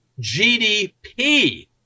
GDP